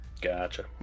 Gotcha